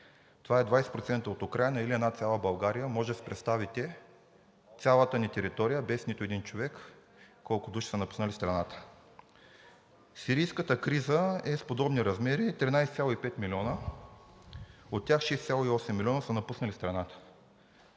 Това е 20% от Украйна или една цяла България. Може да си представите цялата ни територия без нито един човек – колко души са напуснали страната. Сирийската криза е с подобни размери – 13,5 милиона, от тях 6,8 милиона са напуснали страната.